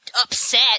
Upset